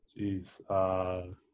Jeez